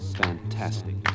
fantastic